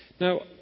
Now